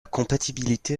compatibilité